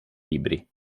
libri